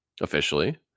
officially